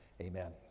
Amen